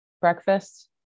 breakfast